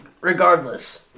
regardless